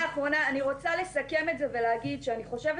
אני רוצה לסכם את זה ולהגיד שאני חושבת